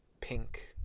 pink